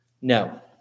No